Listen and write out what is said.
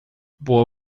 boa